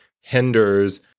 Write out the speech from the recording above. hinders